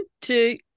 two